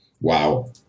Wow